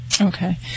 Okay